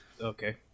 Okay